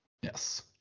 Yes